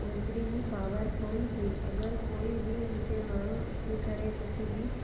ओतिरी ई पावरफुल हुई अगरि कोइ बि हुते माण्हू अची करे कुझु बि